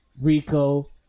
Rico